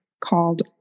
called